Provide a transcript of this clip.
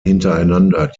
hintereinander